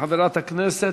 עם חברת הכנסת,